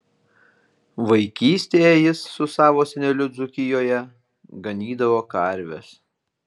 vaikystėje jis su savo seneliu dzūkijoje ganydavo karves